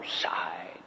side